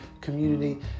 community